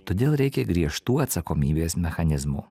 todėl reikia griežtų atsakomybės mechanizmų